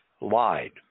lied